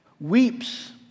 weeps